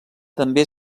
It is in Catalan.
també